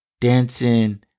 Dancing